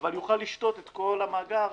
אבל יוכל לשתות את כל המאגר,